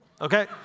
Okay